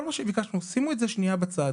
כל מה שביקשנו שימו את זה שנייה בצד.